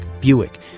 Buick